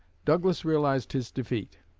douglas realized his defeat,